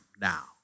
now